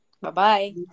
Bye-bye